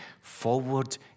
forward